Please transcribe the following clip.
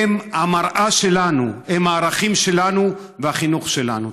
הם המראה שלנו, הם הערכים שלנו והחינוך שלנו.